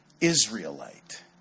Israelite